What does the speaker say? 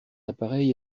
appareils